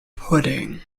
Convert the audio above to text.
pudding